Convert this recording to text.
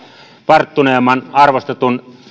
varttuneempien arvostettujen